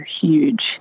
huge